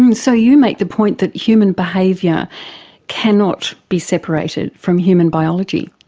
um so you make the point that human behaviour cannot be separated from human biology.